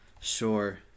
sure